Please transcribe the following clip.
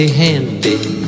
handy